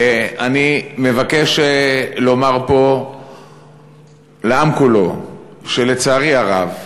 אני מבקש לומר פה לעם כולו שלצערי הרב